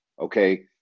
okay